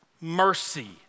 mercy